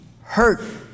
hurt